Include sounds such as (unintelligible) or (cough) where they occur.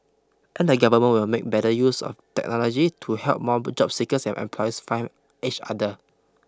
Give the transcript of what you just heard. and the government will make better use of technology to help more (unintelligible) job seekers and employers find each other